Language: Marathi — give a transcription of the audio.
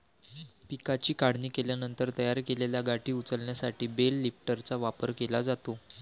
पिकाची काढणी केल्यानंतर तयार केलेल्या गाठी उचलण्यासाठी बेल लिफ्टरचा वापर केला जातो